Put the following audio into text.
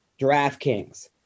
DraftKings